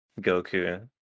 Goku